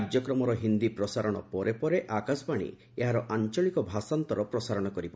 କାର୍ଯ୍ୟକ୍ରମର ହିନ୍ଦୀ ପ୍ରସାରଣ ପରେ ପରେ ଆକାଶବାଣୀ ଏହାର ଆଞ୍ଚଳିକ ଭାଷାନ୍ତର ପ୍ରସାରଣ କରିବ